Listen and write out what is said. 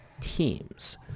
teams